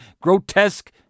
grotesque